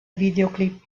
videoclip